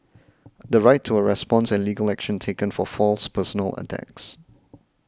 the right to a response and legal action taken for false personal attacks